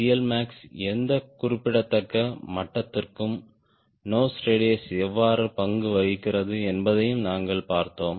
CLmax எந்த குறிப்பிடத்தக்க மட்டத்திற்கும் நோஸ் ரெடியஸ் எவ்வாறு பங்கு வகிக்கிறது என்பதையும் நாங்கள் பார்த்தோம்